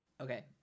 Okay